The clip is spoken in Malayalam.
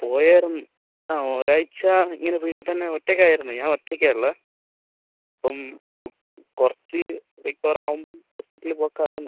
പോയിരുന്നു ആ ഒരാഴ്ച്ച ഇങ്ങനെ വീട്ടിൽത്തന്നെ ഒറ്റയ്ക്കായിരുന്നു ഞാൻ ഒറ്റയ്ക്കാണ് ഉള്ളത് അപ്പം കുറച്ച് റിക്കവറാവുമ്പം ഹോസ്പിറ്റലിൽ പോക്കായിരുന്നു